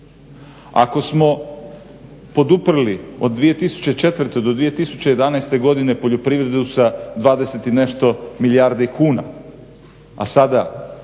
Ako smo poduprli od 2004.do 2011.godine poljoprivredu sa 20 i nešto milijardi kuna, a sada